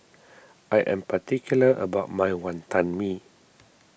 I am particular about my Wonton Mee